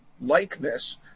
likeness